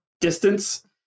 distance